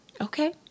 Okay